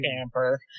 camper